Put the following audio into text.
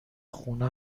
خونه